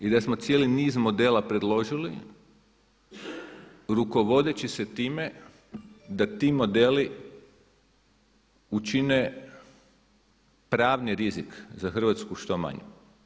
I da smo cijeli niz modela predložili rukovodeći se time da ti modeli učine pravni rizik za Hrvatsku što manjim.